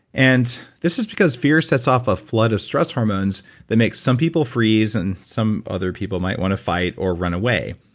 and this is because fear sets off a flood of stress hormones that makes some people freeze and some other people might want to fight or run away.